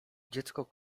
dziecko